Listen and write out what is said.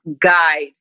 guide